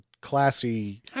classy